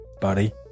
buddy